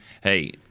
hey